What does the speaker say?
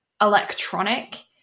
electronic